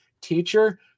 teacher